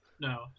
No